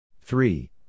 Three